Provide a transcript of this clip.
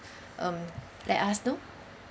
um let us know